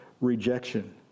rejection